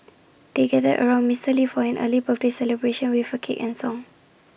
they gathered around Mister lee for an early birthday celebration with A cake and A song